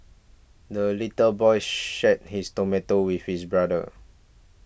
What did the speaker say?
the little boy shared his tomato with his brother